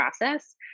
process